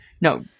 No